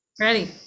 Ready